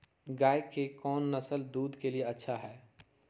गाय के कौन नसल दूध के लिए अच्छा है?